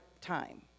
time